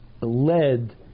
led